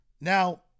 Now